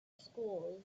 schools